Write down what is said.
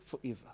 forever